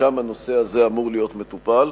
ושם הנושא הזה אמור להיות מטופל.